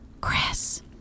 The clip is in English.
Chris